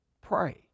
Pray